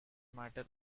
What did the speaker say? matter